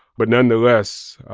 but nonetheless,